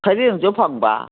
ꯁꯔꯦꯡꯁꯨ ꯐꯪꯕ